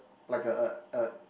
like uh uh uh